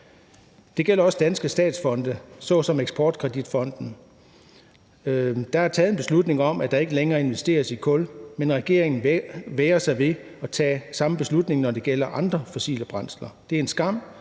Det gælder også danske statsfonde som Eksport Kredit Fonden. Der er taget en beslutning om, at der ikke længere investeres i kul, men regeringen værger sig ved at tage samme beslutning, når det gælder andre fossile brændsler. Det er en skam